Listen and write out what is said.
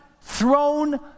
throne